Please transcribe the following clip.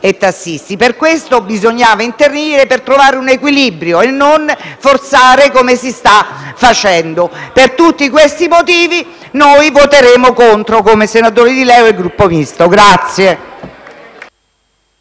tassisti. Per questo bisognava intervenire per trovare un equilibrio e non forzare come si sta facendo. Per tutti questi motivi, voteremo contro come senatori di LeU e Gruppo Misto.